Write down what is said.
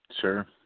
Sure